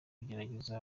ngerageze